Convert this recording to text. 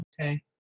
okay